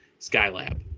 Skylab